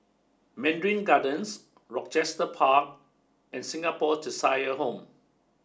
Mandarin Gardens Rochester Park and Singapore Cheshire Home